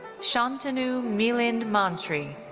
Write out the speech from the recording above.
shantanu milind mantri,